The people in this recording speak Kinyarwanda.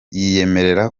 yiyemerera